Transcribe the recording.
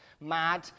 mad